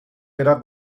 era